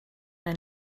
den